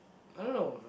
I don't know